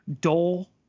Dole